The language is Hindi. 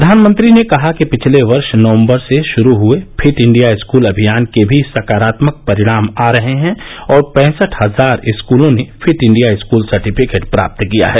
प्रधानमंत्री ने कहा कि पिछले वर्ष नवम्बर से शुरू हुए फिट इंडिया स्कूल अभियान के भी सकारात्मक परिणाम आ रहे हैं और पैंसठ हजार स्कूलों ने फिट इंडिया स्कूल सर्टिफिकेट प्राप्त किया है